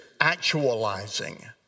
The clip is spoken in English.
actualizing